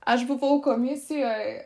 aš buvau komisijoj